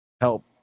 help